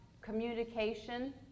communication